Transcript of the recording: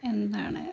എന്താണ്